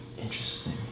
Interesting